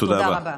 תודה רבה.